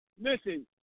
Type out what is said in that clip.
Listen